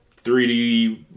3D